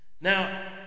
Now